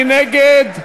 מי נגד?